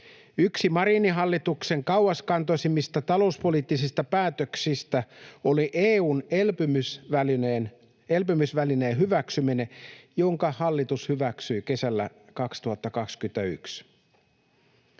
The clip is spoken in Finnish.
Yksi Marinin hallituksen kauaskantoisimmista talouspoliittisista päätöksistä oli EU:n elpymisvälineen hyväksyminen, jonka hallitus hyväksyi kesällä 2021.